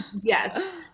Yes